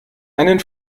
einen